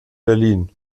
berlin